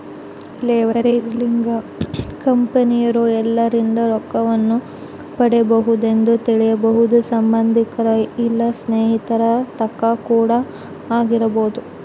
leverage ಲಿಂದ ಕಂಪೆನಿರೊ ಎಲ್ಲಿಂದ ರೊಕ್ಕವನ್ನು ಪಡಿಬೊದೆಂದು ತಿಳಿಬೊದು ಸಂಬಂದಿಕರ ಇಲ್ಲ ಸ್ನೇಹಿತರ ತಕ ಕೂಡ ಆಗಿರಬೊದು